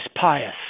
pious